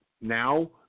now